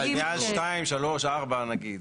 מעל שתיים, שלוש, ארבע, נגיד.